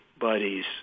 buddies